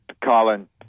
Colin